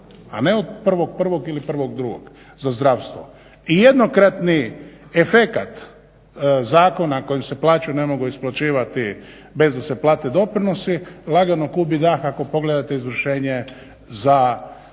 a ne od 1.1. ili 1.2. za zdravstvo. I jednokratni efekat zakona kojim se plaće ne mogu isplaćivati bez da se plate doprinosi lagano gubi dah ako pogledate izvršenje za 8